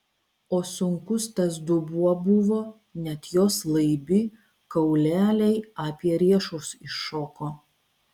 o sunkus tas dubuo buvo net jos laibi kauleliai apie riešus iššoko